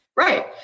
Right